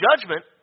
judgment